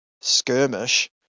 skirmish